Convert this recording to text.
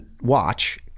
watch